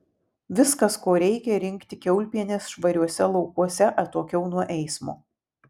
viskas ko reikia rinkti kiaulpienes švariuose laukuose atokiau nuo eismo